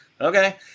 Okay